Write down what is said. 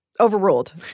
overruled